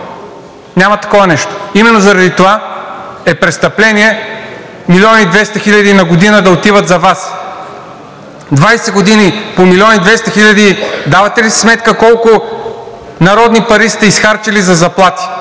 Няма такова нещо. Именно заради това е престъпление милион и 200 хиляди на година да отиват за Вас. 20 години по милион и 200 хиляди – давате ли си сметка колко народни пари сте изхарчили за заплати?